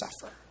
suffer